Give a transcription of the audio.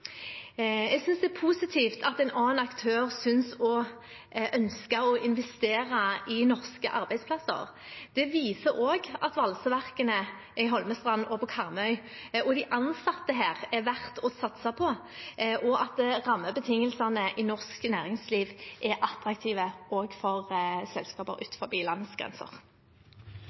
Jeg synes det er positivt at en annen aktør ønsker å investere i norske arbeidsplasser. Det viser også at valseverkene i Holmestrand og på Karmøy, og de ansatte der, er verdt å satse på, og at rammebetingelsene i norsk næringsliv er attraktive også for selskaper